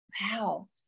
wow